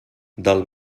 del